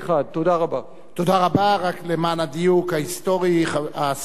רק למען הדיוק ההיסטורי, ראש הממשלה המנוח